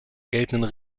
geltenden